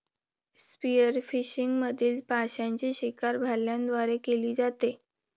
spearfishing मधील माशांची शिकार भाल्यांद्वारे केली जाते